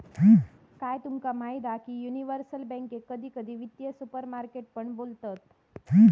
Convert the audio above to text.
काय तुमका माहीत हा की युनिवर्सल बॅन्केक कधी कधी वित्तीय सुपरमार्केट पण बोलतत